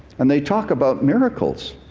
and they talk about miracles.